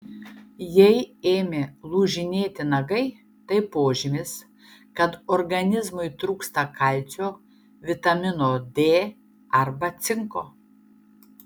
jei ėmė lūžinėti nagai tai požymis kad organizmui trūksta kalcio vitamino d arba cinko